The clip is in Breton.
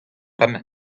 bremañ